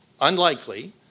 unlikely